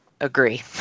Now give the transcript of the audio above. Agree